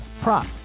prop